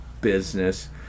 business